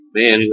man